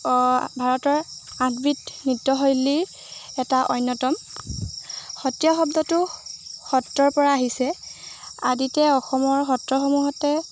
ভাৰতৰ আঠবিধ নৃত্যশৈলীৰ এটা অন্যতম সত্ৰীয়া শব্দটো সত্ৰৰ পৰা আহিছে আদিতে অসমৰ সত্ৰসমূহতে